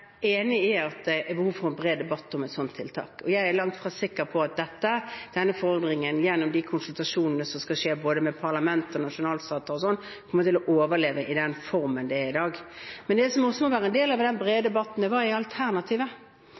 langt fra sikker på at denne forordningen – gjennom de konsultasjonene som skal skje både med parlament og nasjonalstater osv. – kommer til å overleve i den form den har i dag. Men det som også må være en del av den brede debatten, er: Hva er alternativet?